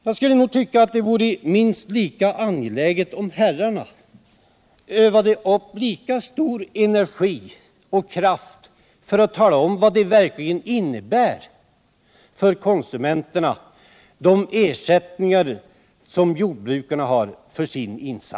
Jag tycker att det vore mera angeläget att herrarna övade upp lika stor energi och kraft för att tala om vad de ersättningar som jordbrukarna — Nr 54 har för sin insats verkligen innebär för konsumenterna.